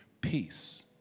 peace